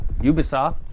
Ubisoft